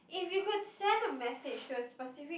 if you could send a message to a specific